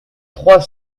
trois